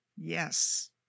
yes